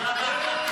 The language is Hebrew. סליחה.